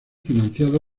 financiado